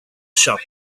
shop